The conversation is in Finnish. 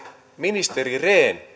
ministeri rehn